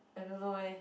I don't know eh